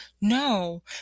No